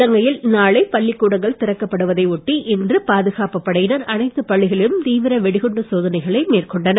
இலங்கையில் நாளை பள்ளிக்கூடங்கள் திறக்கப்படுவதையொட்டி இன்று பாதுகாப்பு படையினர் அனைத்து பள்ளிகளிலும் தீவிர வெடிகுண்டு சோதனைகளை மேற்கொண்டனர்